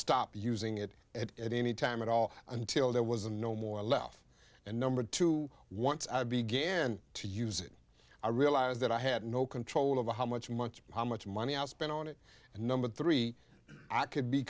stop using it at any time at all until there was no more left and number two once i began to use it i realized that i had no control over how much money how much money i spent on it and number three i could be